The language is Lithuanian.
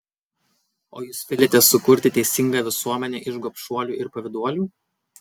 o jūs viliatės sukurti teisingą visuomenę iš gobšuolių ir pavyduolių